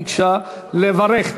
ביקשה לברך.